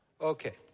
Okay